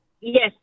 Yes